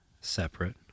separate